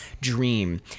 dream